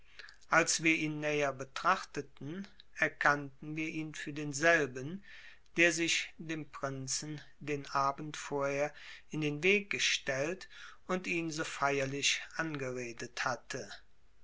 als wir ihn näher betrachteten erkannten wir ihn für denselben der sich dem prinzen den abend vorher in den weg gestellt und ihn so feierlich angeredet hatte